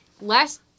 Last